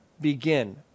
begin